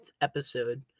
episode